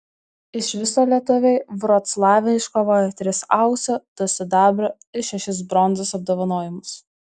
iš viso lietuviai vroclave iškovojo tris aukso du sidabro ir šešis bronzos apdovanojimus